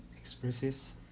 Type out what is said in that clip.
expresses